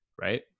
Right